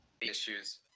issues